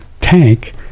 tank